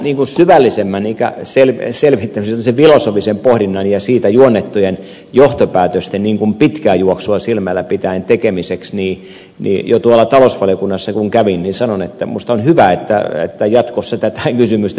tämän syvällisemmän selvittämisen semmoisen filosofisen pohdinnan ja siitä juonnettujen johtopäätösten pitkää juoksua silmällä pitäen tekemiseksi jo tuolla talousvaliokunnassa kun kävin sanoin että minusta on hyvä että jatkossa tätä kysymystä selvitetään